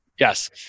Yes